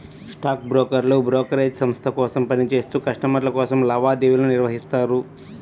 stock బ్రోకర్లు brokerage సంస్థ కోసం పని చేత్తూ కస్టమర్ల కోసం లావాదేవీలను నిర్వహిత్తారు